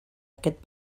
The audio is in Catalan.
aquest